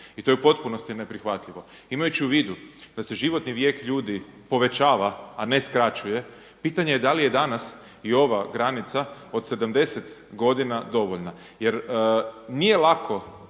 i to je u potpunosti neprihvatljivo. Imajući u vidu da se životni vijek ljudi povećava a ne skraćuje, pitanje je da li je danas i ova granica od 70 godina dovoljna? Jer nije lako,